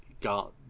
got